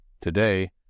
Today